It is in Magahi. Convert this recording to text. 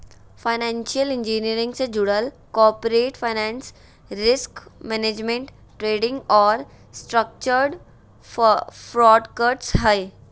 फाइनेंशियल इंजीनियरिंग से जुडल corporate finance, risk management, trading और स्ट्रक्चर्ड प्रॉडक्ट्स हय